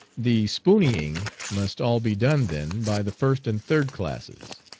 the spooneying must all be done, then, by the first and third classes.